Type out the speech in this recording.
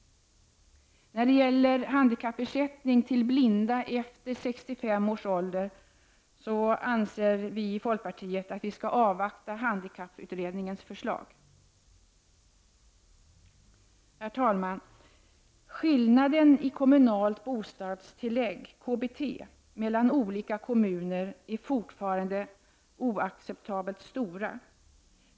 När det gäller handikappersättning till blinda efter 65 års ålder anser vi i folkpartiet att man skall avvakta handikapputredningens förslag. Herr talman! Skillnaderna i kommunalt bostadstillägg, KBT mellan olika kommuner är fortfarande oacceptabelt stora.